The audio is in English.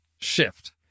shift